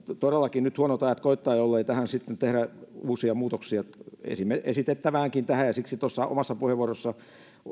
todellakin nyt huonot ajat koittavat jollei sitten tehdä uusia muutoksia tähän nyt esitettäväänkin siksi tuossa omassa puheenvuorossani